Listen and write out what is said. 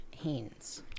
Haynes